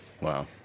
Wow